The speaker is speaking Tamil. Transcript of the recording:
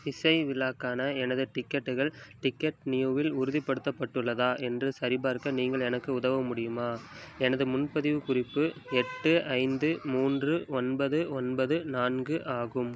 இசை விழாக்கான எனது டிக்கெட்டுகள் டிக்கெட் நியூவில் உறுதிப்படுத்தப்பட்டுள்ளதா என்று சரிபார்க்க நீங்கள் எனக்கு உதவ முடியுமா எனது முன்பதிவு குறிப்பு எட்டு ஐந்து மூன்று ஒன்பது ஒன்பது நான்கு ஆகும்